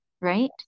right